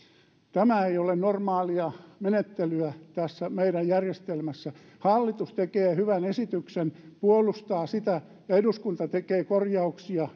tämä ei ole normaalia menettelyä tässä meidän järjestelmässämme hallitus tekee hyvän esityksen puolustaa sitä ja eduskunta tekee korjauksia